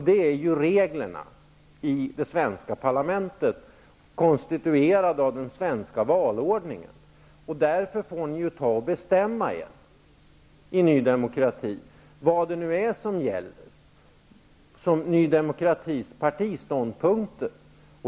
Det är reglerna i det svenska parlamentet, konstituerade av den svenska valordningen. Därför får ni i Ny demokrati bestämma er för vad det nu är som gäller som Ny demokratis ståndpunkter.